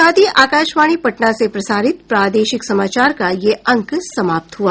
इसके साथ ही आकाशवाणी पटना से प्रसारित प्रादेशिक समाचार का ये अंक समाप्त हुआ